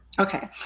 Okay